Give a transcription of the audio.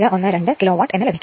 712 kilowatt എന്ന് ലഭിക്കും